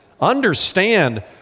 Understand